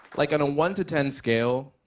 like on a one to ten scale,